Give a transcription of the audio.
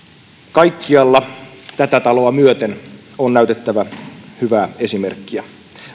kaikkialla tätä taloa myöten on näytettävä hyvää esimerkkiä